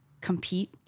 compete